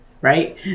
right